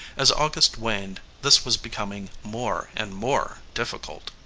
as august waned this was becoming more and more difficult.